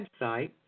website